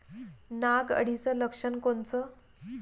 नाग अळीचं लक्षण कोनचं?